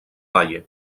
valle